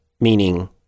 meaning